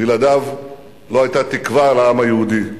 בלעדיו לא היתה תקווה לעם היהודי.